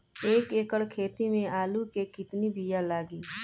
एक एकड़ खेती में आलू के कितनी विया लागी?